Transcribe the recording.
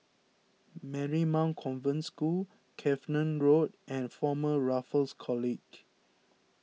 Marymount Convent School Cavenagh Road and Former Raffles College